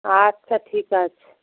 আচ্ছা ঠিক আছে